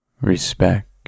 respect